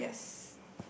yes